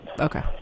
Okay